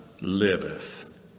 liveth